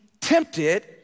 tempted